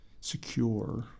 secure